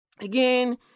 Again